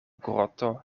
groto